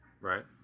Right